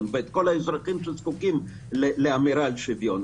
ואת כל האזרחים שזקוקים לאמירה של שוויון.